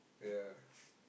ya